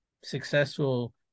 successful